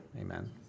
amen